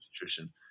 nutrition